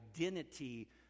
identity